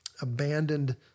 abandoned